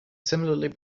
similarly